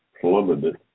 plummeted